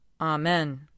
Amen